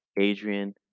Adrian